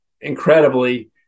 incredibly